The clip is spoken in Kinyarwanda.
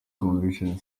convention